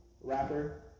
rapper